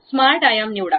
smart आयाम ते निवडा